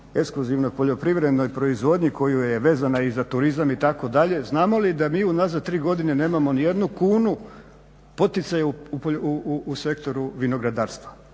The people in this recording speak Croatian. ekskluzivnoj poljoprivrednoj proizvodnji koja je vezana i za turizam itd. Znamo li da mi unazad tri godine nemamo ni jednu kunu poticaja u sektoru vinogradarstva.